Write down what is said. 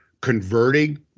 converting